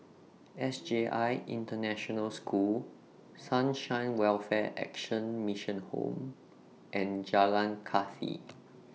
S J I International School Sunshine Welfare Action Mission Home and Jalan Kathi